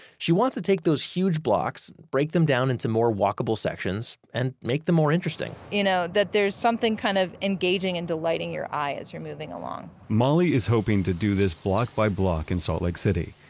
she wants to take those huge blocks, break them down into more walkable sections, and make them more interesting. you know that there's something kind of engaging and delighting your eye as you're moving along. molly is hoping to do this block by block in salt lake city.